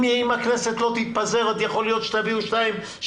אם הכנסת לא תתפזר יכול להיות שתביאו שתיים,